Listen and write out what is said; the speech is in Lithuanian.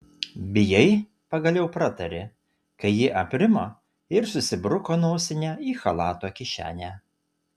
bijai pagaliau pratarė kai ji aprimo ir susibruko nosinę į chalato kišenę